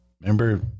Remember